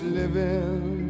living